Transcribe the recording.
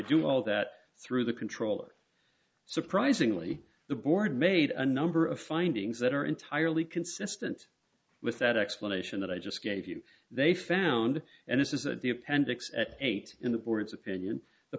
do all that through the controller surprisingly the board made a number of findings that are entirely consistent with that explanation that i just gave you they found and it says that the appendix at eight in the board's opinion the